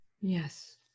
Yes